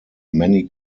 many